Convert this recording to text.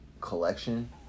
collection